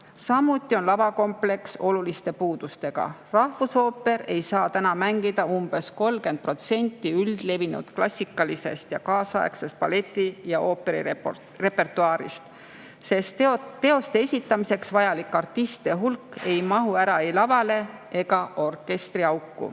Samuti on lavakompleks oluliste puudustega. Rahvusooper ei saa mängida umbes 30% üldlevinud klassikalisest ja kaasaegsest balleti- ja ooperirepertuaarist, sest teoste esitamiseks vajalik artistide hulk ei mahu ära ei lavale ega orkestriauku,